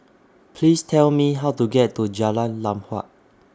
Please Tell Me How to get to Jalan Lam Huat